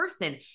person